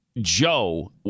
joe